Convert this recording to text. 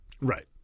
Right